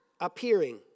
appearing